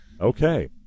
Okay